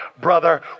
Brother